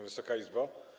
Wysoka Izbo!